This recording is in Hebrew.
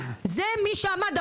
זה מי שעמד,